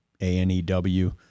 A-N-E-W